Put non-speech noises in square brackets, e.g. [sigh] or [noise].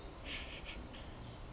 [laughs]